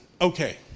okay